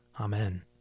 Amen